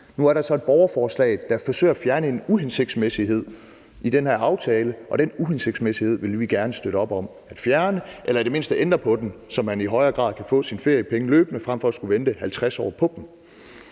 Nu er der så et borgerforslag, der forsøger at fjerne en uhensigtsmæssighed i den her aftale, og den uhensigtsmæssighed vil vi gerne støtte op om at fjerne eller i det mindste ændre på, så man i højere grad kan få sine feriepenge løbende frem for at skulle vente 50 år på dem.